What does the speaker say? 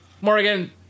Morgan